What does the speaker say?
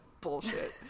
bullshit